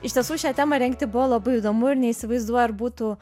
iš tiesų šią temą rengti buvo labai įdomu ir neįsivaizduoju ar būtų